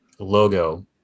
logo